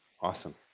Awesome